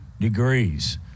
degrees